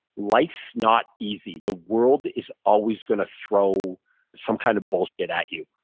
life's not easy. the world is always going to throw some kind of bullshit at you.